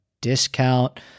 discount